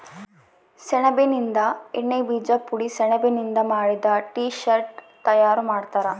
ಸೆಣಬಿನಿಂದ ಎಣ್ಣೆ ಬೀಜ ಪುಡಿ ಸೆಣಬಿನಿಂದ ಮಾಡಿದ ಟೀ ಶರ್ಟ್ ತಯಾರು ಮಾಡ್ತಾರ